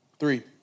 Three